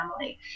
family